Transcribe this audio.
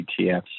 ETFs